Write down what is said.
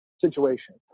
situation